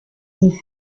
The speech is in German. die